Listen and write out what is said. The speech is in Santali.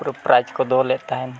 ᱯᱩᱨᱟᱹ ᱯᱨᱟᱭᱤᱡᱽ ᱠᱚ ᱫᱚᱦᱚ ᱞᱮᱫ ᱛᱟᱦᱮᱸᱫ